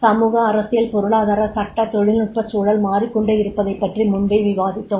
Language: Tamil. சமூக அரசியல் பொருளாதார சட்ட தொழில்நுட்பச் சூழல் மாறிக்கொண்டே இருப்பதைப் பற்றி முன்பே விவாதித்தோம்